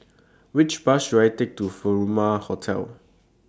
Which Bus should I Take to Furama Hotel